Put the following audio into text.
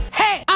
hey